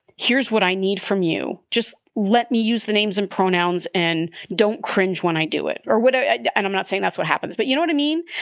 here's what i need from you. just let me use the names and pronouns and don't cringe when i do it or what. ah and i'm not saying that's what happens. but you know what i mean.